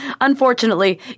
unfortunately